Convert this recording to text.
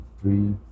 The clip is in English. Three